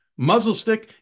Muzzlestick